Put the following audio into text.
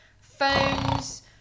Phones